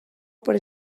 per